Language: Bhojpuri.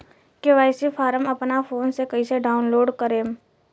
के.वाइ.सी फारम अपना फोन मे कइसे डाऊनलोड करेम?